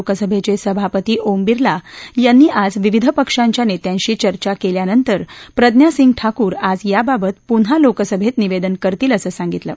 लोकसभेचे सभापती ओम बिर्ला यांनी आज विविध पक्षांच्या नेत्यांशी चर्चा केल्यानंतर प्रज्ञा सिंह ठाकूर आज याबाबत पुन्हा लोकसभेत निवेदन करतील असं सांगितलं